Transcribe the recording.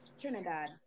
trinidad